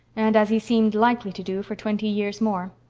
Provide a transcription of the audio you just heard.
and as he seemed likely to do for twenty years more.